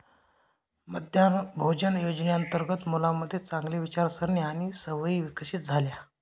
मध्यान्ह भोजन योजनेअंतर्गत मुलांमध्ये चांगली विचारसारणी आणि सवयी विकसित झाल्या